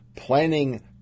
Planning